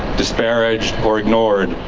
disparaged or ignored.